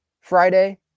Friday